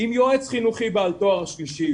עם יועץ חינוכי בעל תואר שלישי,